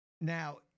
Now